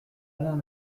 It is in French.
alain